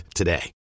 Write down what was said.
today